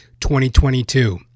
2022